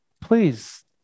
please